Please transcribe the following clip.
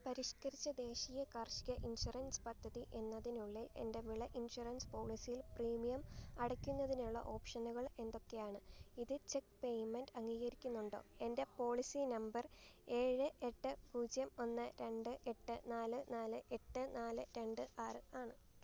പരിഷ്കരിച്ച ദേശീയ കാർഷിക ഇൻഷുറൻസ് പദ്ധതി എന്നതിനുള്ളിൽ എന്റെ വിള ഇൻഷുറൻസ് പോളിസിയിൽ പ്രീമിയം അടയ്ക്കുന്നതിനുള്ള ഓപ്ഷനുകൾ എന്തൊക്കെയാണ് ഇത് ചെക്ക് പേയ്മെൻറ് അംഗീകരിക്കുന്നുണ്ടോ എന്റെ പോളിസി നമ്പർ ഏഴ് എട്ട് പൂജ്യം ഒന്ന് രണ്ട് എട്ട് നാല് നാല് എട്ട് നാല് രണ്ട് ആറ് ആണ്